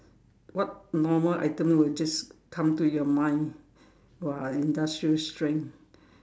what normal item would just come to your mind !wah! industrial strength